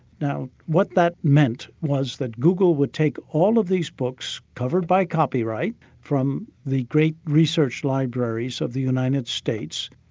now what that meant was that google would take all of these books covered by copyright from the great research libraries of the united states,